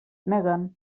neguen